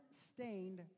stained